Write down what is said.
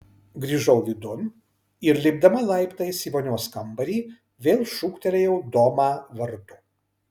grįžau vidun ir lipdama laiptais į vonios kambarį vėl šūktelėjau domą vardu